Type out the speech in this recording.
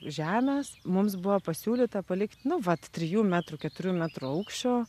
žemės mums buvo pasiūlyta palikt nu vat trijų metrų keturių metrų aukščio